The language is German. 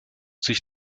sich